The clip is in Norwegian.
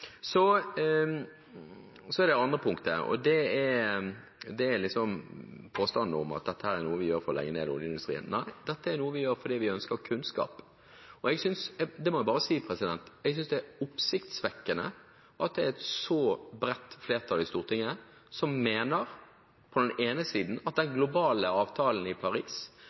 Så er det det andre punktet. Det er påstanden om at dette er noe vi gjør for å legge ned oljeindustrien. Nei, dette er noe vi gjør fordi vi ønsker kunnskap. Det må jeg bare si: Jeg synes det er oppsiktsvekkende at det er et så bredt flertall i Stortinget som på den ene siden mener at den globale avtalen i Paris